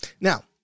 Now